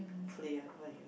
clear